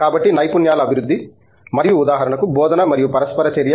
కాబట్టి నైపుణ్యాల అభివృద్ధి మరియు ఉదాహరణకు బోధన మరియు పరస్పర చర్య